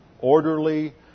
orderly